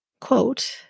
quote